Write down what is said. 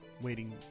waiting